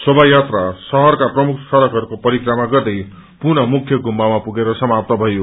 शोभायात्राले शहरका प्रमुख सड़कहरूको परिक्रमा गर्दै पुनः मुख्य गुम्वाामा पुगेर समाप्त भयो